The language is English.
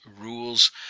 rules